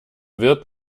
wird